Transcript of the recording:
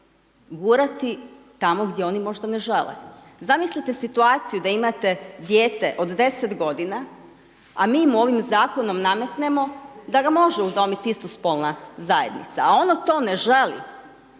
gurati tamo gdje oni možda oni ne žele. Zamislite situaciju da imate dijete od 10 godina, a mi im ovim Zakonom nametnemo da ga može udomiti istospolna zajednica, a ono to ne želi,